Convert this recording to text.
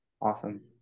Awesome